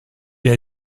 est